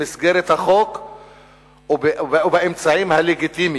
במסגרת החוק ובאמצעים הלגיטימיים.